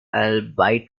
albeit